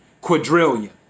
Quadrillion